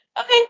Okay